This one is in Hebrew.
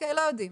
לא יודעים,